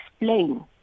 explain